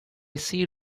see